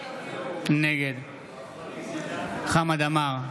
נגד חמד עמאר,